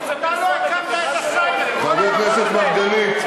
חבר הכנסת מרגלית,